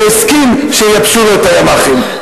שהסכים שייבשו לו את הימ"חים,